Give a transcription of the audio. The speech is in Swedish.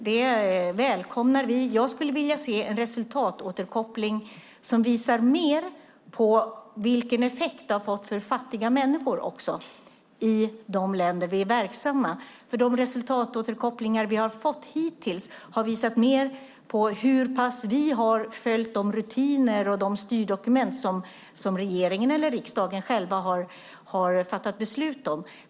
Det välkomnar vi, men jag skulle vilja se en resultatåterkoppling som visar mer på vilken effekt det har fått för fattiga människor i de länder där vi är verksamma, för de resultatåterkopplingar vi har fått hittills har mer visat på hur pass vi har följt de rutiner och de styrdokument som regeringen eller riksdagen själva har fattat beslut om.